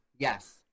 Yes